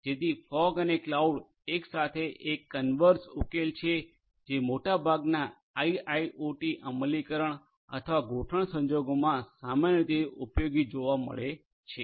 જેથી ફોગ અને ક્લાઉડ એકસાથે એક કન્વર્ઝ ઉકેલ છે જે મોટાભાગના આઇઆઇઓટી અમલીકરણ અથવા ગોઢવણ સંજોગોમાં સામાન્ય રીતે ઉપયોગી જોવા મળે છે